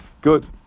Good